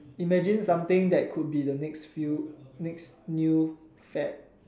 imagine something that could be the next few next new fad